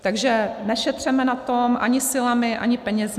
Takže nešetřeme na tom ani silami, ani penězi.